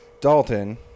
dalton